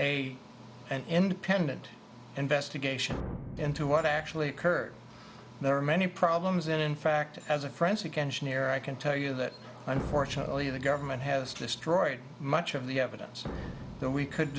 a an independent investigation into what actually occurred there are many problems and in fact as a forensic engineer i can tell you that unfortunately the government has destroyed much of the evidence so we could